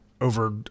over